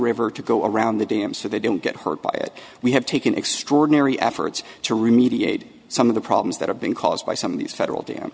river to go around the dam so they don't get hurt by it we have taken extraordinary efforts to remediate some of the problems that are being caused by some of these federal dam